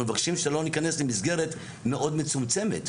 אנחנו מבקשים שלא ניכנס למסגרת מאוד מצומצמת.